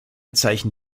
zeichen